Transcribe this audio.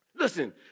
Listen